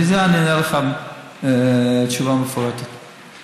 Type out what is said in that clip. אני אענה לך תשובה מפורטת על זה.